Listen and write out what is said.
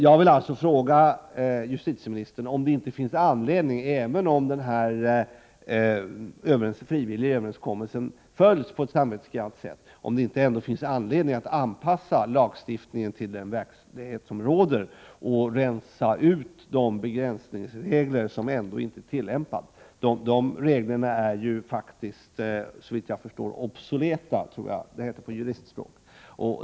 Jag vill fråga justitieministern om det inte finns anledning att, även om den frivilliga överenskommelsen följs på ett samvetsgrant sätt, anpassa lagstiftningen till den verklighet som råder och rensa ut de begränsningsregler som ändå inte tillämpas. De reglerna är såvitt jag förstår obsoleta, som det heter på juristspråk.